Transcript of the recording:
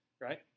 right